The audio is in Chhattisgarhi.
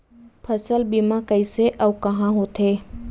फसल बीमा कइसे अऊ कहाँ होथे?